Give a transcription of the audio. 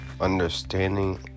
understanding